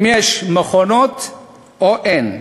אם יש מכונות או אין.